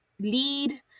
lead